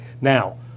Now